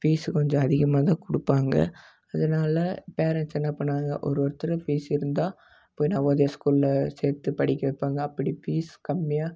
fees கொஞ்சம் அதிகமாக தான் கொடுப்பாங்க அதனால பேரண்ட்ஸ் என்ன பண்ணிணாங்க ஒரு ஒருத்தரும் ஃபீஸ் இருந்தால் போய் நவோதயா ஸ்கூலில் சேர்த்து படிக்க வைப்பாங்க அப்படி ஃபீஸ் கம்மியாக